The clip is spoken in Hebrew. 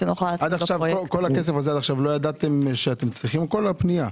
עד עכשיו לא ידעתם שאתם צריכים את כל הכסף הזה?